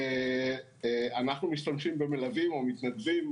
אנחנו משתמשים במלווים או מתנדבים,